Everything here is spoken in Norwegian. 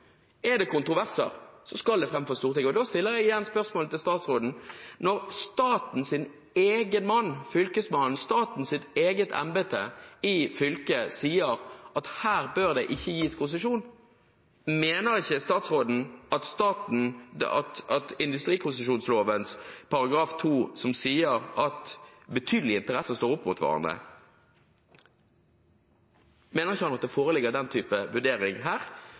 Er det kontroverser, skal det fram for Stortinget, og da stiller jeg igjen spørsmålet til statsråden: Når statens egen mann, Fylkesmannen, statens eget embete i fylket, sier at her bør det ikke gis konsesjon, mener ikke statsråden når industrikonsesjonsloven § 2 sier at «betydelige interesser står mot hverandre» – at det foreligger den type vurdering her?